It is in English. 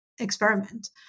experiment